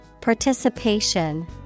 Participation